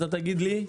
אתה תגיד לי?